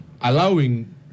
allowing